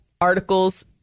articles